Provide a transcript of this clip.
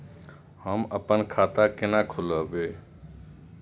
हम अपन खाता केना खोलैब?